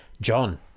John